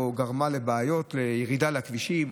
היא גרמה בעיות: ירידה לכבישים,